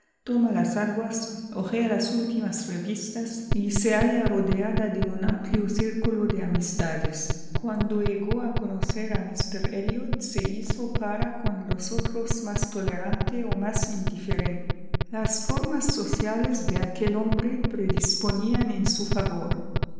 toma las aguas hojea las últimas revistas y se halla rodeada de un amplio círculo de amistades cuando llegó a conocer a míster elliot se hizo para con los otros más tolerante o más indiferente la formas sociales de aquel hombre predisponían en su favor